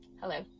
Hello